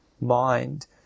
mind